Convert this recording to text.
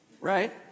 right